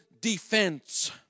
defense